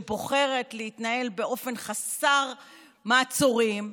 שבוחרת להתנהל באופן חסר מעצורים,